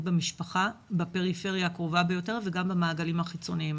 במשפחה בפריפריה הקרובה ביותר וגם במעגלים החיצוניים.